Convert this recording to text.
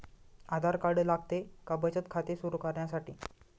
आधार card लागते का बचत खाते सुरू करण्यासाठी?